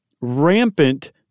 rampant